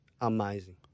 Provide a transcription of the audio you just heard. Amazing